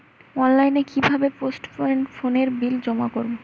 অনলাইনে কি ভাবে পোস্টপেড ফোনের বিল জমা করব?